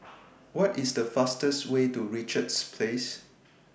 What IS The fastest Way to Richards Place